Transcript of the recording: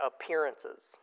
appearances